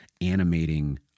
animating